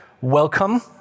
welcome